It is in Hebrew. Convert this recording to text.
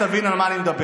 כדי שתבין על מה אני מדבר.